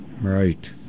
Right